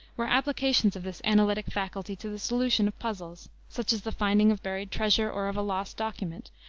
were applications of this analytic faculty to the solution of puzzles, such as the finding of buried treasure or of a lost document,